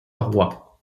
roi